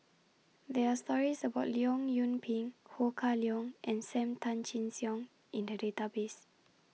There Are stories about Leong Yoon Pin Ho Kah Leong and SAM Tan Chin Siong in The Database